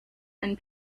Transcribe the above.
and